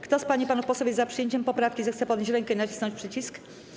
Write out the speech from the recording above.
Kto z pań i panów posłów jest za przyjęciem poprawki, zechce podnieść rękę i nacisnąć przycisk.